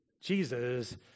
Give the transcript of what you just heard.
Jesus